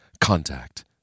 Contact